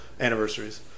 anniversaries